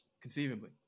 Conceivably